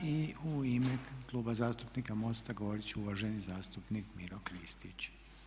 I u ime Kluba zastupnika MOST-a govoriti će uvaženi zastupnik Maro Kristić.